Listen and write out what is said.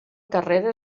carrera